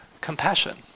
Compassion